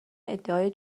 ادعای